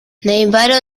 najbaro